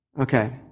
Okay